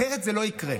אחרת זה לא יקרה.